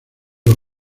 los